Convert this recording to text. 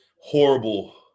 horrible